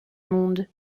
monde